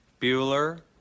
Bueller